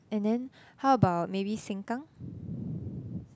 and then how about maybe Sengkang